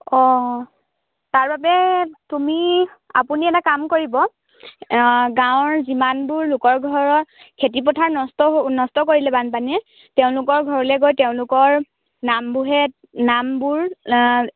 অঁ অঁ তাৰ বাবে তুমি আপুনি এটা কাম কৰিব গাঁৱৰ যিমানবোৰ লোকৰ ঘৰত খেতিপথাৰ নষ্ট নষ্ট কৰিলে বানপানীয়ে তেওঁলোকৰ ঘৰলৈ গৈ তেওঁলোকৰ নামবোৰহেত নামবোৰ